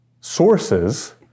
sources